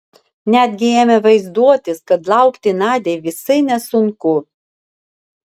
netgi ėmė vaizduotis kad laukti nadiai visai nesunku